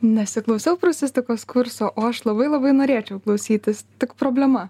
nesiklausiau prūsistikos kurso o aš labai labai norėčiau klausytis tik problema